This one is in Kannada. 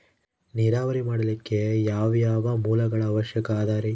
ನೇರಾವರಿ ಮಾಡಲಿಕ್ಕೆ ಯಾವ್ಯಾವ ಮೂಲಗಳ ಅವಶ್ಯಕ ಅದರಿ?